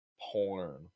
porn